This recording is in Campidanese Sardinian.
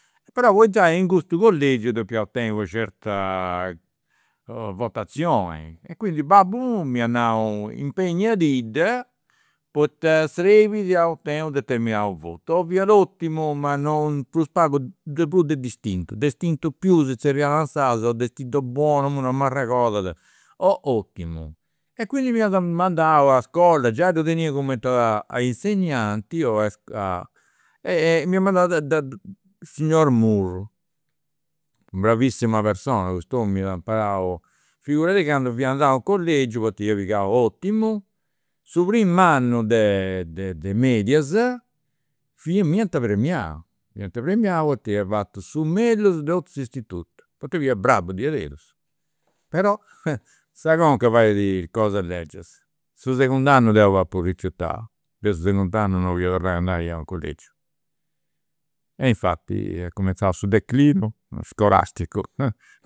Po entrai in custu collegiu depiaus teniri una certa votazioni, e quindi babbu miu m'at nau, impegnadidda poita srebit a otenni u' determinatu votu, o fiat ottimu ma non prus pagu de prus de distinto, distinto più si zerriat in sardu, distinto buono, imui non m'arregodat, o ottimu. E quindi m'iat mandau a iscola, giai ddu tenia cumenti a a insegnanti, m'iat mandau de de signor Murru, bravissima persona cust'omini, m'iat imparau, figuradì candu fia andau in collegiu, poita ia pigau ottimu, su prim'annu de de medias fia, m'iant premiau, m'iant premiau poita ia fatu su mellus de totu s'istitutu, poita fia bravu diaderus. Però sa conca fait cosas legias, su segundu annu deu apu rifiutau, deu su segundu annu non 'olia torrai andai a u' collegiu, e infati est cumenzau su declinu scolasticu